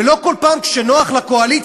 ולא בכל פעם שנוח לקואליציה,